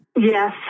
Yes